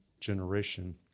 generation